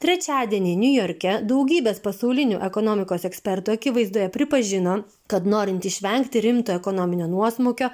trečiadienį niujorke daugybės pasaulinių ekonomikos ekspertų akivaizdoje pripažino kad norint išvengti rimto ekonominio nuosmukio